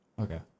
Okay